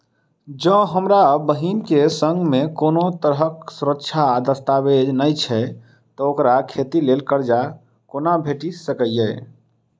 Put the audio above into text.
जँ हमरा बहीन केँ सङ्ग मेँ कोनो तरहक सुरक्षा आ दस्तावेज नै छै तऽ ओकरा खेती लेल करजा कोना भेटि सकैये?